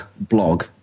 blog